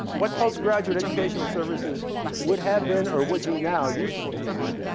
what postgraduate educational services would have been or would be now useful to you?